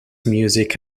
music